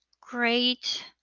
great